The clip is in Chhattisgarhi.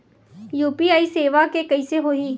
यू.पी.आई सेवा के कइसे होही?